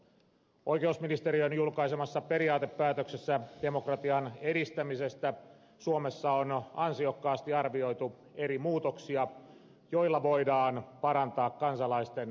oikeusministeriön julkaisemassa periaatepäätöksessä demokratian edistämisestä suomessa on ansiokkaasti arvioitu eri muutoksia joilla voidaan parantaa kansalaisten osallistumismahdollisuuksia